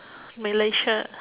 malaysia